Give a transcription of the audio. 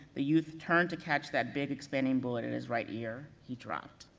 the youth turned to catch that big expanding bullet in his right ear, he dropped.